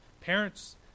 parents